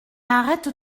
arrête